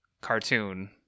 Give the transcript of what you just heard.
cartoon